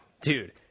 Dude